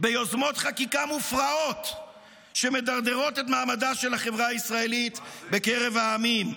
ביוזמות חקיקה מופרעות שמדרדרות את מעמדה של החברה הישראלית בקרב העמים?